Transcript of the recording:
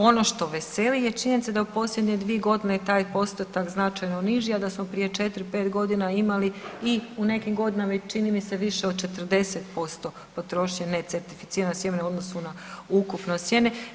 Ono što veseli je činjenica da je u posljednje 2 godine taj postotak značajno niži, a da smo prije 4-5 godina imali i u nekim godinama i čini mi se više od 40% potrošnje necertificiranog sjemena u odnosu na ukupno sjeme.